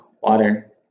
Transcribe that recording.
water